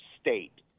state